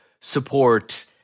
support